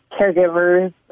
caregivers